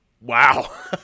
Wow